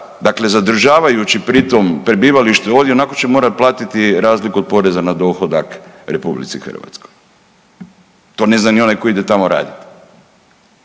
dakle zadržavajući pritom prebivalište ovdje ionako će morati plati razliku od poreza na dohodak RH. To ne zna ni onaj tko ide tamo raditi.